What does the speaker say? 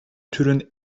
türün